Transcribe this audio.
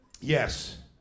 Yes